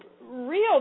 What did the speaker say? real